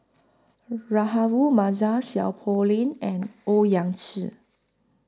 Rahayu Mahzam Seow Poh Leng and Owyang Chi